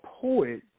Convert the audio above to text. poet